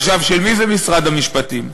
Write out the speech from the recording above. עכשיו, של מי זה משרד המשפטים?